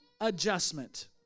adjustment